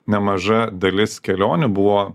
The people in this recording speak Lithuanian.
nemaža dalis kelionių buvo